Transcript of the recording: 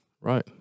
Right